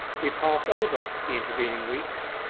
we pass over the intervening weeks.